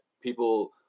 people